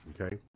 okay